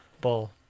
Ball